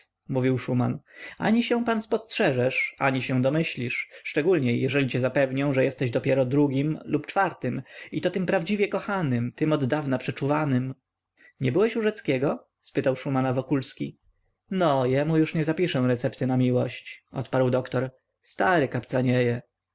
mówił szuman ani się pan spostrzeżesz ani się domyślisz szczególniej jeżeli cię zapewnią że jesteś dopiero drugim lub czwartym i to tym prawdziwie kochanym tym oddawna przeczuwanym nie byłeś u rzeckiego spytał szumana wokulski no jemu już nie zapiszę recepty na miłość odparł doktor stary